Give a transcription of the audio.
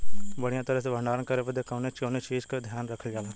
बढ़ियां तरह से भण्डारण करे बदे कवने कवने चीज़ को ध्यान रखल जा?